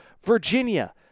Virginia